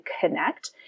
connect